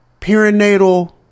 perinatal